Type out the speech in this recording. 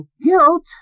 guilt